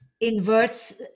inverts